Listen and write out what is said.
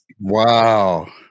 Wow